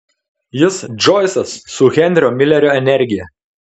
jis džoisas su henrio milerio energija